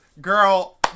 girl